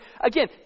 again